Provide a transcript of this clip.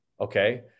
okay